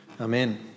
Amen